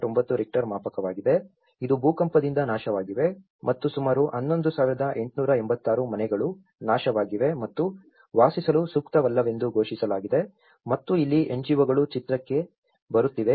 9 Richter ಮಾಪಕವಾಗಿದೆ ಇದು ಭೂಕಂಪದಿಂದ ನಾಶವಾಗಿವೆ ಮತ್ತು ಸುಮಾರು 11886 ಮನೆಗಳು ನಾಶವಾಗಿವೆ ಮತ್ತು ವಾಸಿಸಲು ಸೂಕ್ತವಲ್ಲವೆಂದು ಘೋಷಿಸಲಾಗಿದೆ ಮತ್ತು ಇಲ್ಲಿ NGO ಗಳು ಚಿತ್ರಕ್ಕೆ ಬರುತ್ತಿವೆ